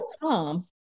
Tom